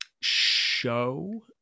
show